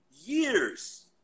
years